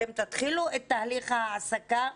אתם תתחילו את תהליך ההעסקה?